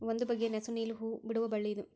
ಒಂದು ಬಗೆಯ ನಸು ನೇಲು ಹೂ ಬಿಡುವ ಬಳ್ಳಿ ಇದು